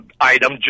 item